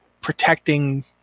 protecting